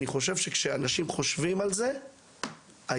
אני חושב שכשאנשים חושבים על זה,